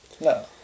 No